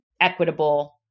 equitable